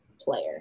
player